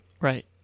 right